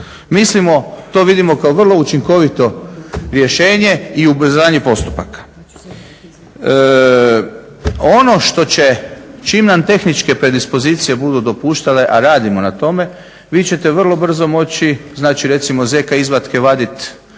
Mislimo, to vidimo kao vrlo učinkovito rješenje i ubrzanje postupaka. Ono što će čim na tehničke predispozicije budu dopuštale, a radimo na tome vi ćete vrlo brzo moći znači recimo ZK izvatke vadit